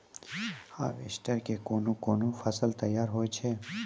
Harvester के कोन कोन फसल तैयार होय छै?